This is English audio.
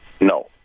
No